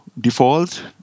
default